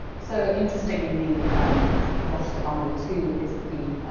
so, interesting in the um rochester bible, too, is the